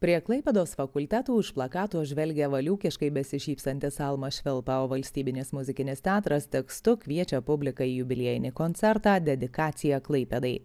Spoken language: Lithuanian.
prie klaipėdos fakultetų už plakato žvelgia valiūkiškai besišypsantis almas švilpa o valstybinis muzikinis teatras tekstu kviečia publiką į jubiliejinį koncertą dedikacija klaipėdai